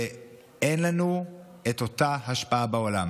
ואין לנו את אותה ההשפעה בעולם,